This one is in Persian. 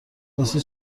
راستی